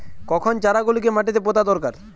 কখন চারা গুলিকে মাটিতে পোঁতা দরকার?